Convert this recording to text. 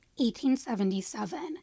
1877